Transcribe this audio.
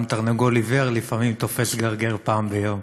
גם תרנגול עיוור לפעמים תופס גרגיר פעם ביום.